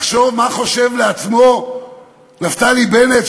לחשוב מה חושב לעצמו נפתלי בנט,